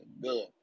good